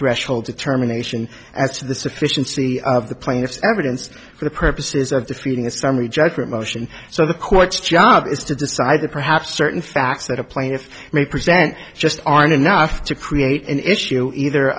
threshold determination as to the sufficiency of the plaintiff's evidence for the purposes of defeating a summary judgment motion so the court's job is to decide that perhaps certain facts that a plaintiff may present just aren't enough to create an issue either